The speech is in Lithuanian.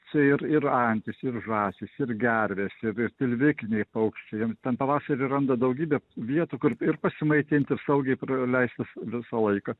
tai ir ir antis ir žąsis ir gervės ir tilvikiniai paukščiai jie ten pavasarį randa daugybę vietų kur ir pasimaitinti ir saugiai praleistas visą laiką